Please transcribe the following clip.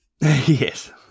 Yes